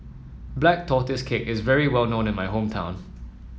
Black Tortoise Cake is very well known in my hometown